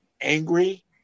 angry